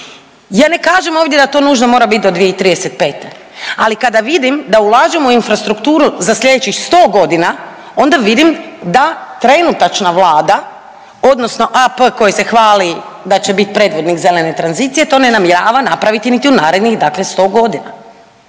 Ja ne kažem ovdje da to nužno mora biti do 2035. ali kada vidim da ulažemo u infrastrukturu za sljedećih sto godina, onda vidim da trenutačna Vlada, odnosno AP koji se hvali da će biti predvodnik zelene tranzicije to ne namjerava napraviti niti u narednih, dakle sto godina